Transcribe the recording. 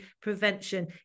prevention